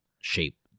shape